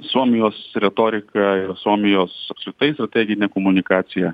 suomijos retorika suomijos su tai strategine komunikacija